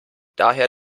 daher